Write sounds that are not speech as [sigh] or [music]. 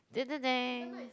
[noise]